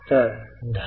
तर 10